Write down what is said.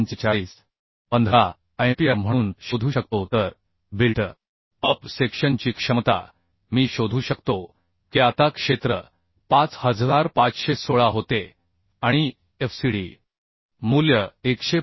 15 ampere म्हणून शोधू शकतो तर बिल्ट अप सेक्शनची क्षमता मी शोधू शकतो की आता क्षेत्र 5516 होते आणि fcd मूल्य 145